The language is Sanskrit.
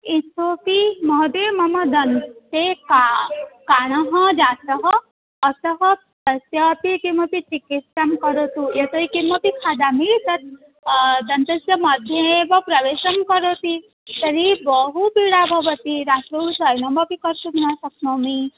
इतोऽपि महोदय मम दन्ते का काणः जातः अतः तस्य अपि किमपि चिकित्सां करोतु यतोऽहि किमपि खादामि तत् दन्तस्य मध्ये एव प्रवेशं करोति तर्हि बहूपीडा भवति रात्रौ शयनमपि कर्तुं न शक्नोमि